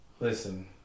Listen